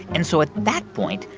and so at that point,